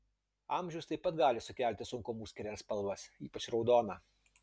amžius taip pat gali sukelti sunkumų skiriant spalvas ypač raudoną